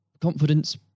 confidence